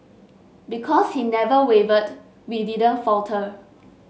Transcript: because he never wavered we didn't falter